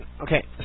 okay